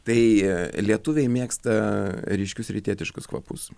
taigi lietuviai mėgsta ryškius rytietiškus kvapus